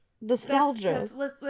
Nostalgia